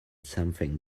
something